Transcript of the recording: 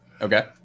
Okay